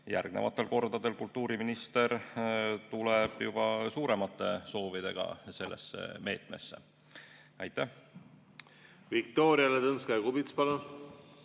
järgnevatel kordadel kultuuriminister tuleb juba suuremate soovidega selle meetme kohta. Viktoria Ladõnskaja-Kubits, palun!